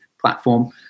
platform